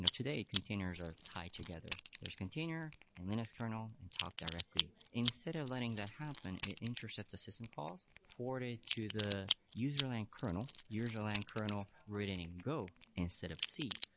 today containers are tied together. there's container and linux kernel and talked directly. instead of letting that happen, it intercepts system calls, forward it to the user line kernel, user line kernel ready and and go, instead of c.